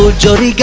ah job,